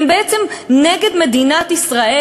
הם בעצם נגד מדינת ישראל,